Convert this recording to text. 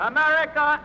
America